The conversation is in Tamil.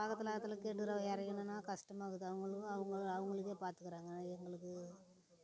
பக்கத்தில் அக்கத்தில் கேட்டு ரவ இறைக்கணும்னா கஷ்டமாக இருக்குது அவர்களுக்கு அவங்க அவங்களுக்கே பார்த்துக்குறாங்க எங்களுக்கு